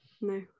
no